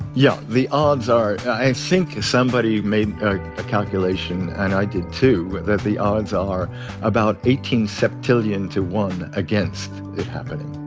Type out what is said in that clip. yeah. the odds are i think somebody made a calculation, and i did too, that the odds are about eighteen septillion to one against it happening